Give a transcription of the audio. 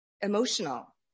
emotional